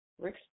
Rick